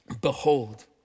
Behold